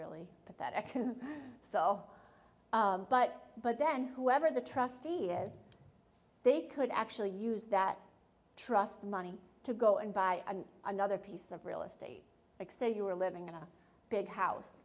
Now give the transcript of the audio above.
really pathetic so but but then whoever the trustee is they could actually use that trust money to go and buy another piece of real estate x a you are living in a big house